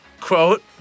quote